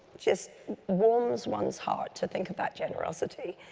just warms ones heart to think about generosity.